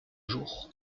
jour